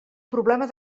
problema